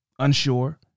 unsure